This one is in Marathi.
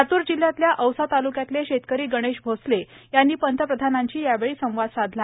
लातूर जिल्ह्यातल्या औसा तालुक्यातले शेतकरी गणेश भोसले यांनी पंतप्रधानांशी संवाद साधला